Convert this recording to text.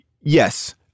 yes